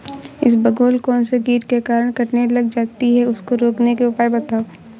इसबगोल कौनसे कीट के कारण कटने लग जाती है उसको रोकने के उपाय बताओ?